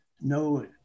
no